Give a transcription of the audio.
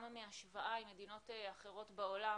גם בהשוואה עם מדינות אחרות בעולם,